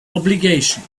obligation